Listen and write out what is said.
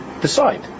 Decide